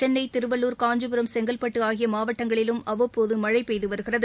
சென்னை திருவள்ளுர் காஞ்சிபுரம் செங்கல்பட்டு ஆகிய மாவட்டங்களிலும் அவ்வப்போது மழை பெய்து வருகிறது